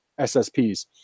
SSPs